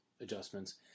adjustments